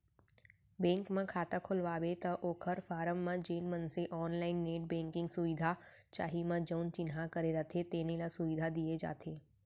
bank म खाता खोलवाबे त ओकर फारम म जेन मनसे ऑनलाईन नेट बेंकिंग सुबिधा चाही म जउन चिन्हा करे रथें तेने ल सुबिधा दिये जाथे